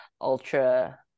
ultra